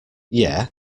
yeah